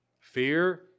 Fear